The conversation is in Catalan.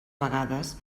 vegades